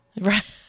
Right